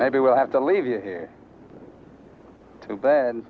maybe we'll have to leave you here too bad